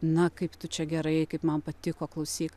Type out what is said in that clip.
na kaip tu čia gerai kaip man patiko klausyk